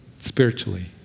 spiritually